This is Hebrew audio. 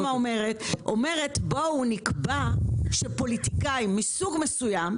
הרפורמה אומרת שנקבע שפוליטיקאים מסוג מסוים,